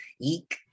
Eek